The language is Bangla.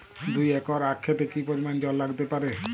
দুই একর আক ক্ষেতে কি পরিমান জল লাগতে পারে?